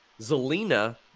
Zelina